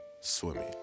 swimming